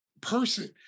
person